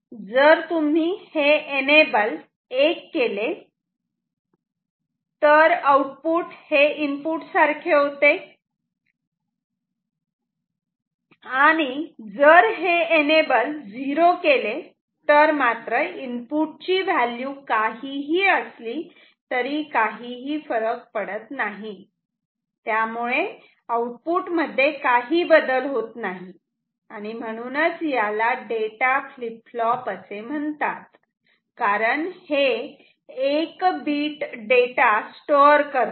जर तुम्ही हे एनेबल 1 केले तर आउटपुट हे इनपुट सारखे होते आणि जर हे एनेबल झिरो केले तर इनपुट ची व्हॅल्यू काहीही असली तरी काही फरक पडत नाही त्यामुळे आउटपुट मध्ये काही बदल होत नाही आणि म्हणूनच याला डेटा फ्लीप फ्लॉप असे म्हणतात कारण हे 1 बीट डेटा स्टोअर करते